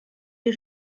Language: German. die